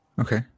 Okay